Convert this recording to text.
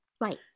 Right